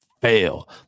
fail